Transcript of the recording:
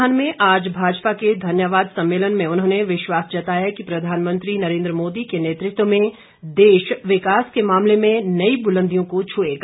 नाहन में आज भाजपा के धन्यवाद सम्मेलन में उन्होंने विश्वास जताया कि प्रधानमंत्री नरेंद्र मोदी के नेतृत्व में देश विकास के मामले में नई बुलंदियों को छुएगा